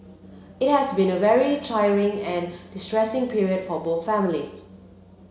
it has been a very trying and distressing period for both families